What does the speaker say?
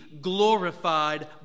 glorified